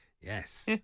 Yes